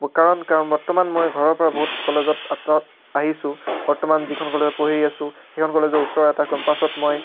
কাৰণ কাৰণ বৰ্তমান মই ঘৰৰ পৰা বহুত কলেজত আঁতৰত আহিছোঁ বৰ্তমান যিখন কলেজত পঢ়ি আছো সেইখন কলেজৰ ওচৰৰ এটা কেম্পাছত মই